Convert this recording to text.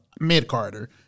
Mid-Carter